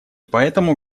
поэтому